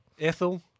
Ethel